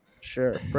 Sure